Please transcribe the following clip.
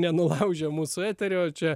nenulaužia mūsų eterio čia